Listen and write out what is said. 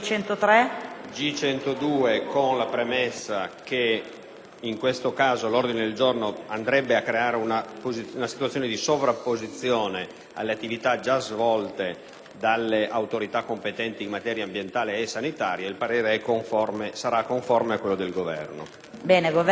G102, con la permessa che in questo caso l'ordine del giorno andrebbe a creare una situazione di sovrapposizione alle attività già svolte dalle autorità competenti in materia ambientale e sanitaria, mi rimetto al Governo. Anche nel